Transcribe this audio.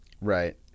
Right